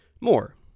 More